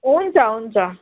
हुन्छ हुन्छ